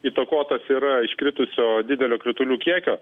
įtakotas yra iškritusio didelio kritulių kiekio